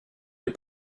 des